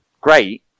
great